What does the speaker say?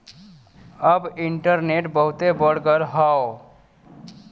अब इन्टरनेट बहुते बढ़ गयल हौ